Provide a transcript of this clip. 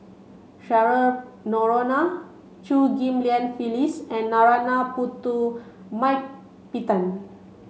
Cheryl Noronha Chew Ghim Lian Phyllis and Narana Putumaippittan